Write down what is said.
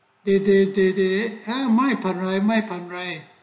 they they they they my partner ah my paetner right